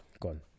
Gone